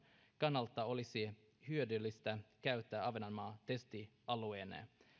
kannalta olisi hyödyllistä käyttää ahvenanmaata testialueena